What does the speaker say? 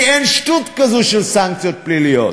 כי אין שטות כזאת של סנקציות פליליות.